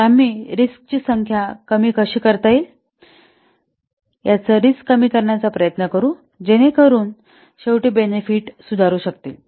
तर आम्ही रिस्क ची संख्या कमी कशी करता येईल याची रिस्क कमी करण्याचा प्रयत्न करू जेणेकरून शेवटी बेनेफिट सुधारू शकतील